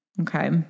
Okay